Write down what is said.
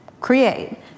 create